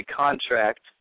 contract